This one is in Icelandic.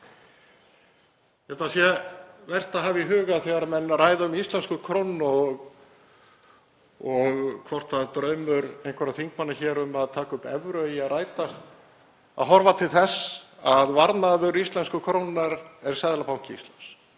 að það sé vert að hafa í huga þegar menn ræða um íslensku krónuna og hvort draumur einhverra þingmanna hér um að taka upp evru eigi að rætast, að horfa til þess að varðmaður íslensku krónunnar er Seðlabanki Íslands.